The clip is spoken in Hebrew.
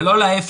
ולא להיפך.